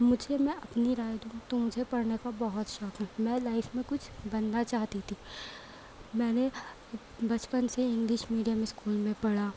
مجھے میں اپنی رائے دوں تو مجھے پڑھنے کا بہت شوق ہے میں لائف میں کچھ بننا چاہتی تھی میں نے بچپن سے انگلش میڈیم اسکول میں پڑھا